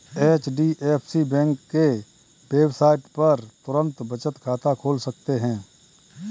HDFC bank के website पर तुरंत बचत खाता खोल सकते है